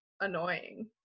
annoying